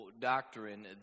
doctrine